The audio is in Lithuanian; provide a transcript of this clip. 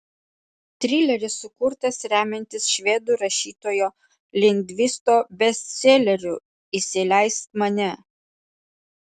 trileris sukurtas remiantis švedų rašytojo lindgvisto bestseleriu įsileisk mane